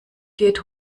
geht